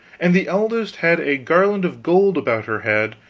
and the eldest had a garland of gold about her head,